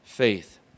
faith